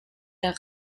der